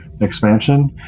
expansion